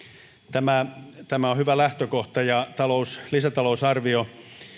tämä tämä on hyvä lähtökohta ja lisätalousarvio